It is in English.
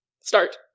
Start